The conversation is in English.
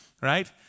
right